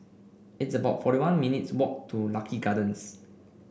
it's about forty one minutes' walk to Lucky Gardens